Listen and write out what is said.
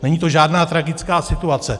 Není to žádná tragická situace.